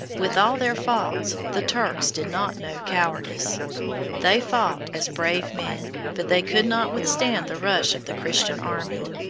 with all their faults the turks did not know cowardice they fought as brave men, but they could not withstand the rush of the christian army.